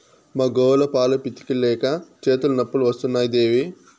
మా గోవుల పాలు పితిక లేక చేతులు నొప్పులు వస్తున్నాయి దేవీ